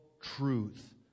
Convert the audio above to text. truth